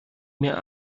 mehr